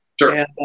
Sure